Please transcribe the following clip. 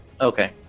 Okay